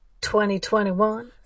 2021